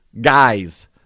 guys